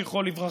זכרו לברכה,